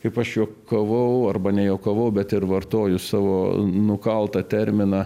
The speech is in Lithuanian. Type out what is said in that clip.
kaip aš juokavau arba nejuokavau bet ir vartoju savo nukaltą terminą